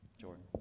Jordan